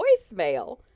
voicemail